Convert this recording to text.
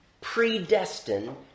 predestined